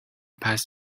past